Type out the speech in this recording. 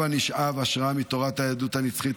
הבה נשאב השראה מתורת היהדות הנצחית,